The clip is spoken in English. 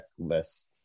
checklist